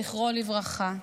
זכרו לברכה.